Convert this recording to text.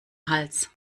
hals